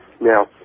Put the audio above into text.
Now